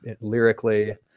lyrically